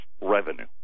revenue